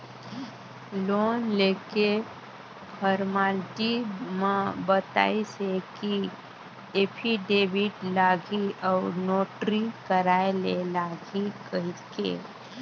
loan लेके formality म बताइस हे कि एफीडेबिड लागही अउ नोटरी कराय ले लागही कहिके